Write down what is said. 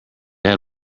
had